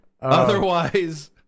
Otherwise